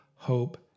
Hope